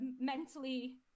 Mentally